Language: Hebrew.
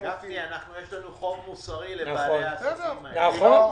יש לנו חוב מוסרי לבעלי העסקים האלה, גפני.